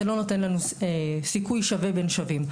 לא נותן לנו סיכוי שווה בין שווים.